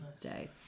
day